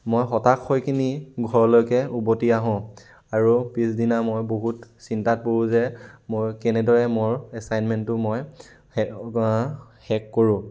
মই হতাশ হৈ কিনি ঘৰলৈকে উভতি আহোঁ আৰু পিছদিনা মই বহুত চিন্তাত পৰোঁ যে মোৰ কেনেদৰে মোৰ এছাইনমেন্টটো মই শেষ কৰোঁ